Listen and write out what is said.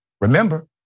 Remember